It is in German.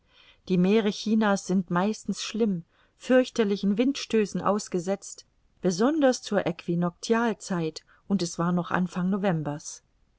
die meere chinas sind meistens schlimm fürchterlichen windstößen ausgesetzt besonders zur